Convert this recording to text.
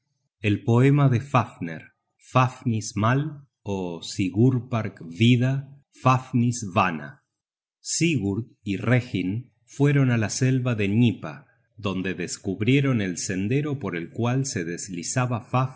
el poema de fafner sigurd y reginn fueron á la selva de gnipa donde descubrieron el sendero por el cual se deslizaba